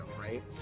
right